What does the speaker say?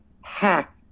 hack